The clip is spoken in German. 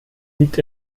liegt